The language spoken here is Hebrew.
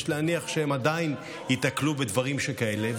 יש להניח שהם עדיין ייתקלו בדברים שכאלה,